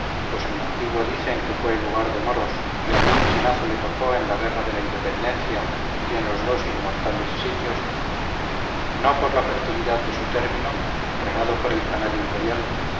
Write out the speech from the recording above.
pues en lo antiguo dicen que fue lugar de moros y algún chinazo le tocó en la guerra de la independencia y en los dos inmortales sitios no por la fertilidad de su término regado por el canal imperial